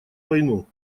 войну